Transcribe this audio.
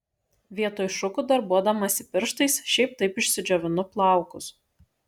vietoj šukų darbuodamasi pirštais šiaip taip išsidžiovinu plaukus